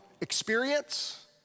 experience